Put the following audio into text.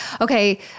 okay